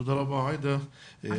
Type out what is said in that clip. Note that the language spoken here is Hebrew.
תודה רבה, עאליה.